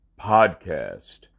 Podcast